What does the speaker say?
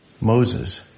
Moses